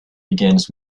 begins